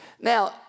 Now